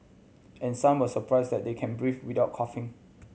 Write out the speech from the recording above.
and some were surprised that they can breathe without coughing